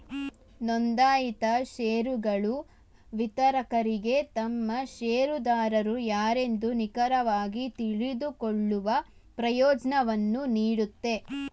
ನೊಂದಾಯಿತ ಶೇರುಗಳು ವಿತರಕರಿಗೆ ತಮ್ಮ ಶೇರುದಾರರು ಯಾರೆಂದು ನಿಖರವಾಗಿ ತಿಳಿದುಕೊಳ್ಳುವ ಪ್ರಯೋಜ್ನವನ್ನು ನೀಡುತ್ತೆ